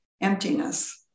emptiness